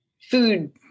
food